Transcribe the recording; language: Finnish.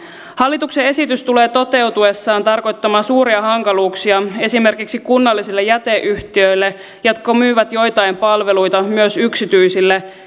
hallituksen esitys tulee toteutuessaan tarkoittamaan suuria hankaluuksia esimerkiksi kunnallisille jäteyhtiöille jotka myyvät joitain palveluita myös yksityisille